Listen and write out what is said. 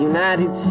United